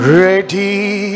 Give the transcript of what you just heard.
ready